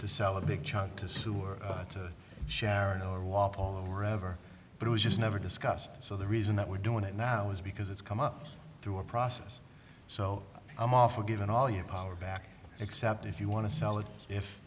to sell a big chunk to sue or to sharon or a lot all over ever but it was just never discussed so the reason that we're doing it now is because it's come up through a process so i'm often given all your power back except if you want to sell it if